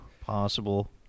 possible